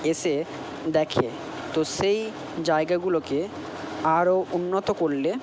এসে দেখে তো সেই জায়গাগুলোকে আরও উন্নত করলে